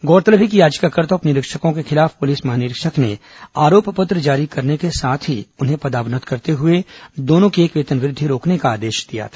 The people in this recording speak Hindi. गौरतलब है कि याचिकाकर्ता उप निरीक्षकों के खिलाफ पुलिस महानिरीक्षक ने आरोप पत्र जारी करने के साथ ही उन्हें पदावनत करते हुए दोनों की एक वेतन वृद्धि रोकने का आदेश दिया था